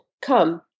Come